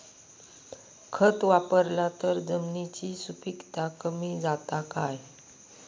खत वापरला तर जमिनीची सुपीकता कमी जाता काय?